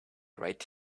right